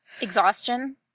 exhaustion